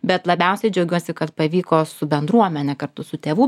bet labiausiai džiaugiuosi kad pavyko su bendruomene kartu su tėvų